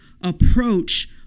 approach